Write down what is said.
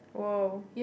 !woah!